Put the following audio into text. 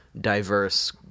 diverse